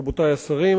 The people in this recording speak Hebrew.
רבותי השרים,